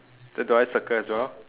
so do I circle as well